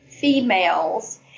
females